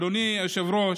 אדוני היושב-ראש,